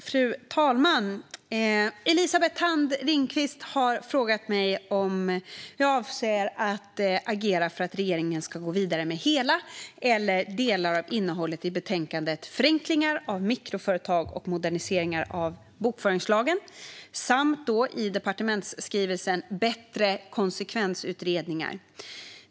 Fru talman! Elisabeth Thand Ringqvist har frågat mig om jag avser att agera för att regeringen ska gå vidare med hela eller delar av innehållet i betänkandet Förenklingar för mikroföretag och modernisering av bokföringslagen samt i departementsskrivelsen Bättre konsekvensutredningar .